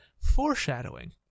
Foreshadowing